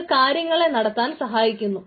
അത് കാര്യങ്ങൾ നടത്താൻ സഹായിക്കുന്നു